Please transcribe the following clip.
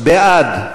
בעד,